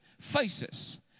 faces